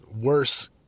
worse